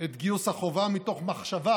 את גיוס החובה, מתוך מחשבה